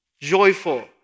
joyful